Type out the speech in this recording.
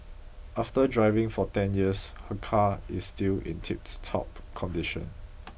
after driving for ten years her car is still in tiptop condition